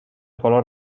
color